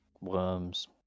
worms